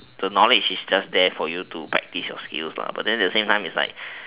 the knowledge is just there for you to practise your skills but at the same time it's like